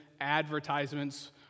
advertisements